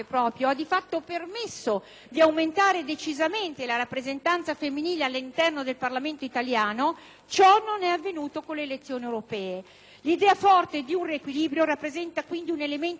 ciò non è avvenuto con le elezioni europee. L'idea forte di un riequilibrio rappresenta quindi un elemento di qualità e di compiutezza del sistema democratico, ponendo termine ad un'anomalia della società italiana,